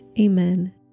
Amen